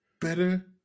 Better